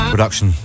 Production